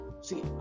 see